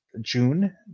June